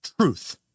truth